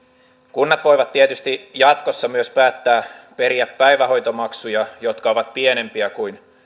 kunnat voivat tietysti jatkossa myös päättää periä päivähoitomaksuja jotka ovat pienempiä kuin